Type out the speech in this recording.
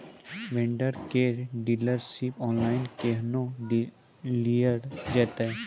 Vendor केर dealership online केहनो लियल जेतै?